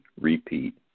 repeat